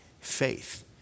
faith